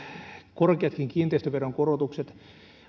korkeatkin kiinteistöveron korotukset